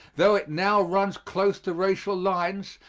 though it now runs close to racial lines,